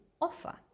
offer